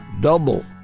double